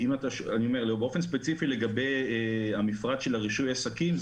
באופן ספציפי, לגבי המפרט של רישוי עסקים,